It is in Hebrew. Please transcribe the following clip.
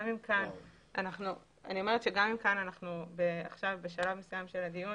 גם אם כאן אנחנו עכשיו בשלב מסוים של הדיון